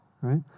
Right